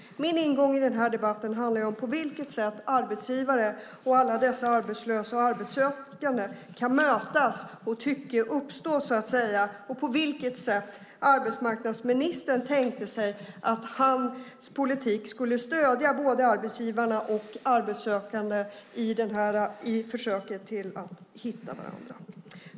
Min ingång i den här debatten handlar om på vilket sätt arbetsgivare och alla dessa arbetslösa och arbetssökande kan mötas och tycke uppstå och på vilket sätt arbetsmarknadsministern tänkte sig att hans politik skulle stödja både arbetsgivare och arbetssökande i försöket att hitta varandra.